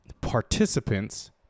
participants